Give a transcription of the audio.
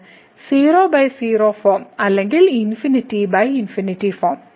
00 form അല്ലെങ്കിൽ ∞ form